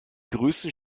größten